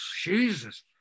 Jesus